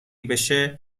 بشه